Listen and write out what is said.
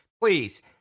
please